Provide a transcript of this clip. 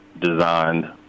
designed